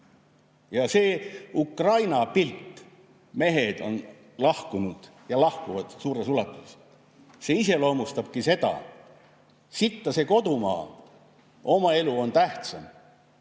See Ukraina pilt – mehed on lahkunud ja lahkuvad suures ulatuses – iseloomustabki seda: sitta see kodumaa, oma elu on tähtsam.